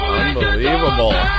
unbelievable